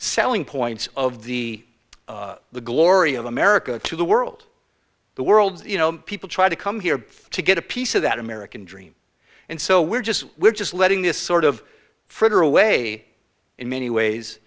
selling points of the the glory of america to the world the world's you know people try to come here to get a piece of that american dream and so we're just we're just letting this sort of fritter away in many ways